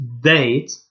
date